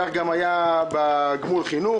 כך גם היה בגמול לחינוך,